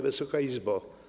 Wysoka Izbo!